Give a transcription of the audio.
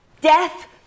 Death